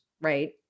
right